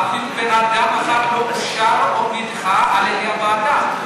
אדם אחד לא אושר או נדחה על-ידי הוועדה.